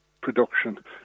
production